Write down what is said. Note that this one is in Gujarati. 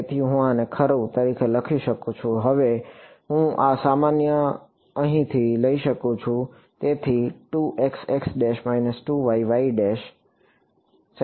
તેથી હું આને તરીકે લખી શકું છું હવે હું આ સામાન્ય અહીંથી લઈ શકું છું